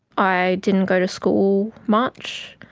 i didn't go to school much.